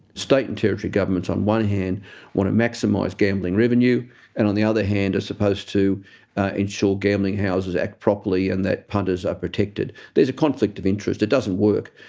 state and territory governments on one hand want to maximise gambling revenue and on the other hand are supposed to ensure gambling houses act properly and that punters are protected. there's a conflict of interest that doesn't work.